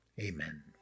amen